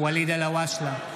אלהואשלה,